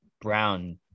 Brown